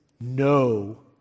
no